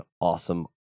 awesome